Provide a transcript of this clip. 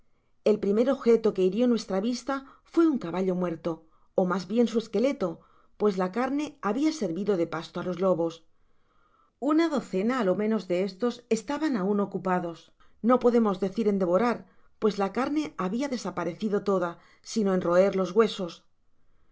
el primer objeto que hirio nuestra vista fué un caballo muerto ó mas bien su esqueleto pues la carne habia servido de pasto á los lobos una docena á lo menos de estos estaban aun ocupados no podemos decir en devorar pues la carne babia desaparecido toda sino en roer los huesos